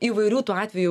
įvairių tų atvejų